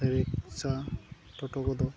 rickshaw ᱴᱚᱴᱚ ᱠᱚᱫᱚ